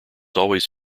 always